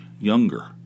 Younger